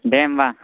दे होमबा